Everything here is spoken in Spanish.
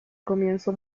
comienzo